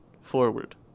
forward